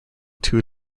two